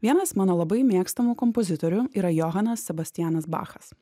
vienas mano labai mėgstamų kompozitorių yra johanas sebastianas bachas